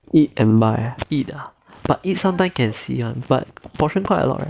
eat and buy ah eat ah but eat sometimes can see one but portion quite a lot right